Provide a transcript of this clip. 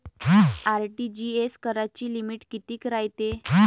RTGS कराची limit कितीक रायते?